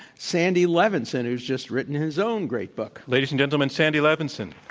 sandy levinson, who's just written his own great book. ladies and gentlemen, sandy levinson.